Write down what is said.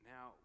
Now